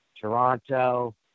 Toronto